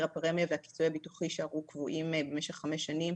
הפרמיה וגם הכיסוי הביטוחי יישארו קבועים המשך חמש שנים